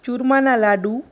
ચુરમાના લાડુ